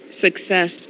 success